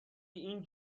این